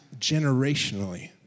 generationally